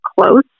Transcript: close